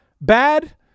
bad